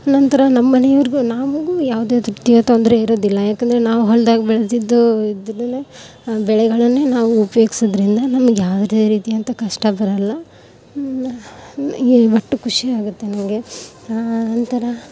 ನಂತರ ನಮ್ಮ ಮನೆಯವ್ರಿಗೂ ನಮಗೂ ಯಾವುದೇ ರೀತಿಯ ತೊಂದರೆ ಇರೋದಿಲ್ಲ ಯಾಕಂದರೆ ನಾವು ಹೊಲ್ದಾಗೆ ಬೆಳೆದಿದ್ದು ಇದ್ದದ್ದನ್ನೇ ಬೆಳೆಗಳನ್ನೇ ನಾವು ಉಪ್ಯೋಗ್ಸಿದ್ದರಿಂದ ನಮ್ಗೆ ಯಾವುದೇ ರೀತಿ ಅಂಥ ಕಷ್ಟ ಬರಲ್ಲ ಈ ಮಟ್ಟಕ್ಕೆ ಖುಷಿ ಆಗುತ್ತೆ ನನಗೆ ಒಂಥರ